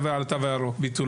ביטול התו הירוק.